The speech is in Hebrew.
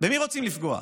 במי רוצים לפגוע?